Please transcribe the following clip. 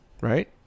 Right